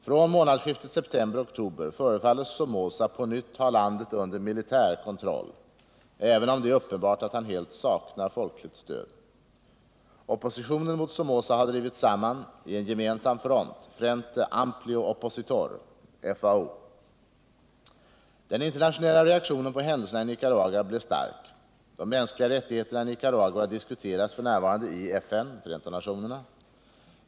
Från månadsskiftet september-oktober förefaller Somoza på nytt ha landet under militär kontroll, även om det är uppenbart att han helt saknar folkligt stöd. Oppositionen mot Somoza har drivits samman i en gemensam front, Frente Amplio Opositor . Den internationella reaktionen på händelserna i Nicaragua blev stark. De mänskliga rättigheterna i Nicaragua diskuteras f. n. i FN.